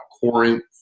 Corinth